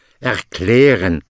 erklären